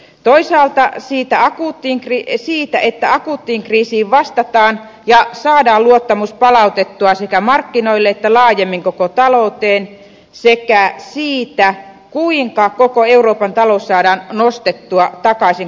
toisaalta siitä että akuuttiin kriisiin vastataan ja saadaan luottamus palautettua sekä markkinoille että laajemmin koko talouteen sekä siitä kuinka koko euroopan talous saadaan nostettua takaisin kasvu uralle